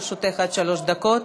לרשותך עד שלוש דקות.